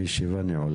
הישיבה נעולה.